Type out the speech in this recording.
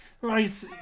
Right